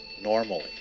normally